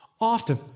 often